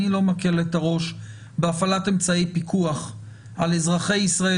אני לא מקל ראש בהפעלת אמצעי פיקוח על אזרחי ישראל